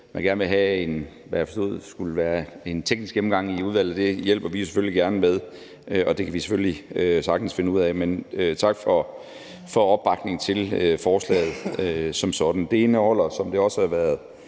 skulle være en teknisk gennemgang i udvalget, og det hjælper vi selvfølgelig gerne med, og det kan vi selvfølgelig sagtens finde ud af. Men tak for opbakningen til forslaget som sådan. Det indeholder, som det også har været